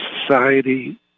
society